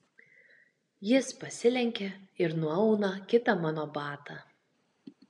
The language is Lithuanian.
jis pasilenkia ir nuauna kitą mano batą